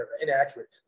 inaccurate